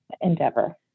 endeavor